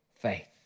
faith